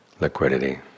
liquidity